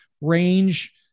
range